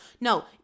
No